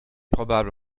probable